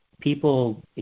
people